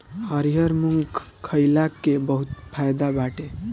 हरिहर मुंग खईला के बहुते फायदा बाटे